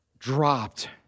dropped